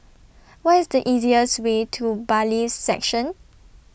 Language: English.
What IS The easiest Way to Bailiffs' Section